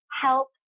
help